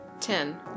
ten